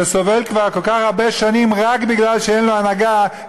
שסובל כבר כל כך הרבה שנים רק כי אין לו הנהגה,